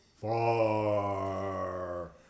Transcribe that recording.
far